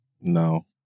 No